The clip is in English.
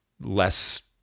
less